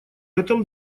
этом